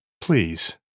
Please